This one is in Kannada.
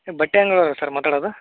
ನೀವು ಬಟ್ಟೆ ಅಂಗ್ಡಿಯವರಾ ಸರ್ ಮಾತಾಡೋದು